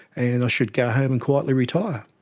and i should go home and quietly retire.